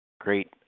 Great